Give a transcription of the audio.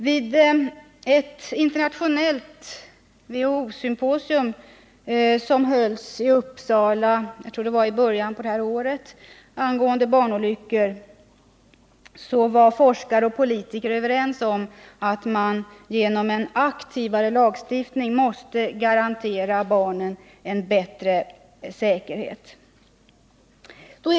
Vid det internationella WHO symposium om barnolyckor som hölls i Uppsala i början av detta år var forskare och politiker överens om att man genom aktivare lagstiftning måste garantera barn en bättre säkerhet.